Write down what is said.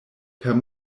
per